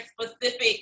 specific